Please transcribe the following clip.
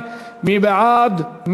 מי בעד?